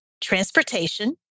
transportation